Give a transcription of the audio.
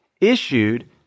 issued